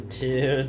two